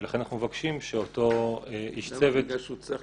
ולכן אנחנו מבקשים שאותו איש צוות --- בגלל שהוא צריך